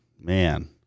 Man